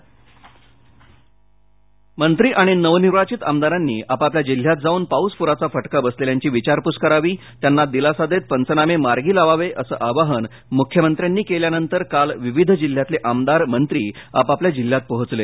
वॉईसकास्ट मंत्री आणि नवनिर्वाधित आमदारांनी आपापल्या जिल्ह्यात जाऊन पाऊस पूराचा फटका बसलेल्यांची विघारपूस करावी त्यांना दिलासा देत पंचनामे मार्गी लावावे असं आवाइन मुख्यमंत्र्यांनी केल्यानंतर काल विविध जिल्ह्यातले आमदार मंत्री आपापल्या जिल्ह्यात पोहोचले